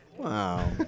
Wow